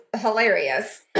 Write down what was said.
hilarious